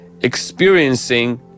experiencing